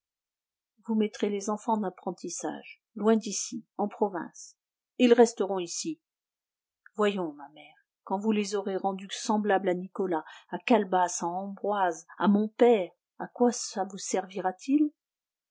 vous mettrez les enfants en apprentissage loin d'ici en province ils resteront ici voyons ma mère quand vous les aurez rendus semblables à nicolas à calebasse à ambroise à mon père à quoi ça vous servira-t-il